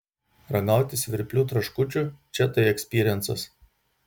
ragauti svirplių traškučių čia tai ekspyriencas